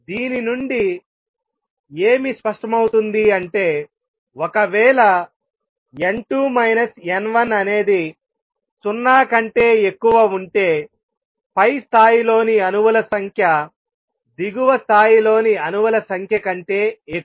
దీని నుండి ఏమి స్పష్టమౌతుంది అంటే ఒకవేళ n2 n1 అనేది సున్నా కంటే ఎక్కువ ఉంటే పై స్థాయిలోని అణువుల సంఖ్య దిగువ స్థాయిలోని అణువుల సంఖ్య కంటే ఎక్కువ